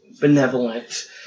benevolent